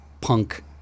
punk